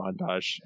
montage